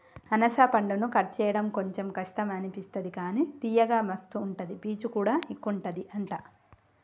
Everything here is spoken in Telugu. అనాస పండును కట్ చేయడం కొంచెం కష్టం అనిపిస్తది కానీ తియ్యగా మస్తు ఉంటది పీచు కూడా ఎక్కువుంటది అంట